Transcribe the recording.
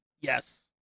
yes